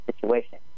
situation